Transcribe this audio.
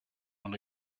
own